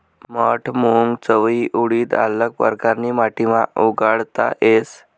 मठ, मूंग, चवयी, उडीद आल्लग परकारनी माटीमा उगाडता येस